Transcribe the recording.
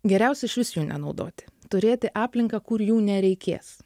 geriausia išvis jų nenaudoti turėti aplinką kur jų nereikės